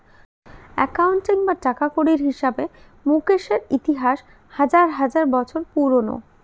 accounting বা টাকাকড়ির হিসাবে মুকেশের ইতিহাস হাজার হাজার বছর পুরোনো